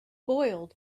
boiled